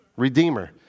redeemer